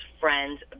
friend's